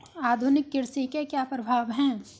आधुनिक कृषि के क्या प्रभाव हैं?